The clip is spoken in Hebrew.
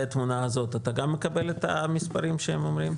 התמונה הזאת: אתה גם מקבל את המספרים שהם אומרים?